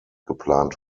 geplant